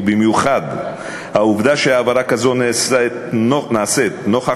ובמיוחד העובדה שהעברה כזאת נעשית נוכח